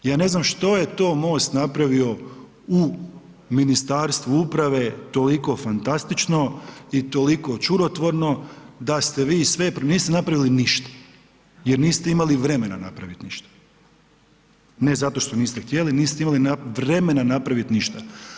Ja ne znam što je to MOST napravio u Ministarstvo uprave toliko fantastično i toliko čudotvorno da ste vi sve ... niste napravili ništa jer niste imali vremena napraviti ništa. ne zato što niste htjeli, niste imali vremena napraviti ništa.